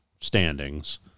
standings